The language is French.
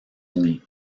unis